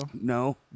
No